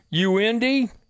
UND